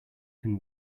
can